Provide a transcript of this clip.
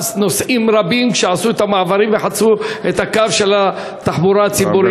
נוסעים רבים כשעשו את המעבר וחצו את הקו של התחבורה הציבורית.